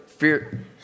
Fear